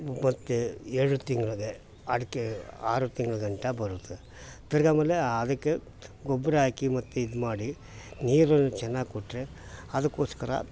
ಮತ್ತು ಎರಡು ತಿಂಗ್ಳಿಗೆ ಅಡಿಕೆ ಆರು ತಿಂಗ್ಳುಗಂಟ ಬರುತ್ತೆ ತಿರ್ಗಿ ಆಮೇಲೆ ಆದಕ್ಕೆ ಗೊಬ್ಬರ ಹಾಕಿ ಮತ್ತು ಇದು ಮಾಡಿ ನೀರನ್ನು ಚೆನ್ನಾಗಿ ಕೊಟ್ಟರೆ ಅದಕ್ಕೋಸ್ಕರ